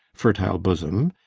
fertile bosom,